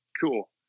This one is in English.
cool